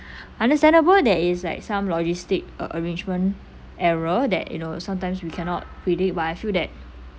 understandable there is like some logistic uh arrangement error that you know sometimes we cannot predict but I feel that